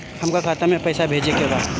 हमका खाता में पइसा भेजे के बा